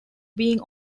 being